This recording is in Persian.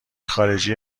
خارجی